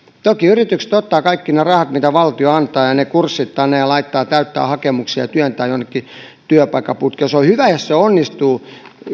toki yritykset ottavat kaikki ne rahat mitä valtio antaa ja ja kurssittavat heidät ja laittavat täyttämään hakemuksia ja työntävät jonnekin työpaikkaputkeen se on hyvä jos se onnistuu